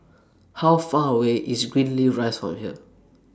How Far away IS Greenleaf Rise from here